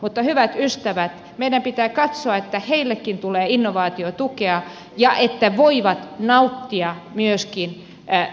mutta hyvät ystävät meidän pitää katsoa että heillekin tulee innovaatiotukea ja että he voivat nauttia myöskin vientiponnisteluista